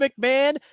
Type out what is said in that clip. McMahon